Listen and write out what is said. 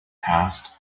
passed